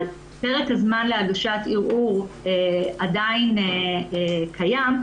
פרק הזמן להגשת ערעור עדיין קיים,